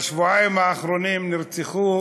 בשבועיים האחרונים נרצחו